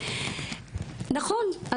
נכון,